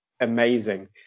amazing